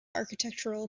architectural